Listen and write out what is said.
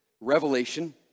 revelation